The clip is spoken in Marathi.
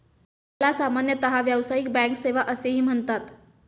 याला सामान्यतः व्यावसायिक बँक सेवा असेही म्हणतात